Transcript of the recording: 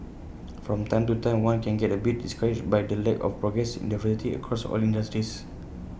from time to time one can get A bit discouraged by the lack of progress in diversity across all industries